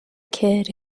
kid